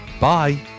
Bye